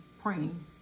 praying